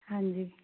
ਹਾਂਜੀ